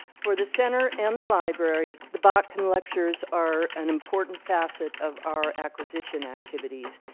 for the center and the library the botkin lectures are an important facet of our acquisition activities.